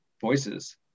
voices